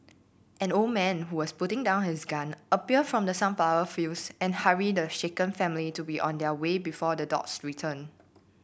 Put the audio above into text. an old man who was putting down his gun appeared from the sunflower fields and hurried the shaken family to be on their way before the dogs return